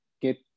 get